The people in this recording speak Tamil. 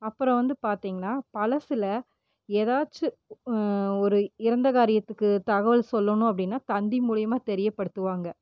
அப்புறம் வந்து பார்த்திங்கன்னா பலசில் ஏதாச்சும் ஒரு இறந்த காரியத்துக்கு தகவல் சொல்லணும் அப்படின்னா தந்தி மூலயமா தெரியப்படுத்துவாங்கள்